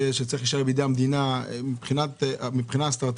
שצריך להישאר בידי המדינה מבחינה אסטרטגית,